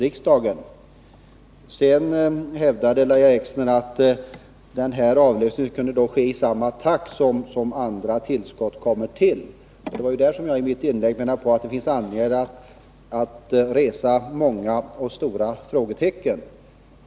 Lahja Exner hävdade att den här avlösningen kunde ske i samma takt som andra tillskott ges. Jag menade i mitt anförande att det finns anledning att resa många och stora frågetecken i det sammanhanget.